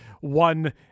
one